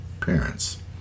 parents